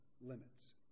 limits